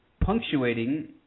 punctuating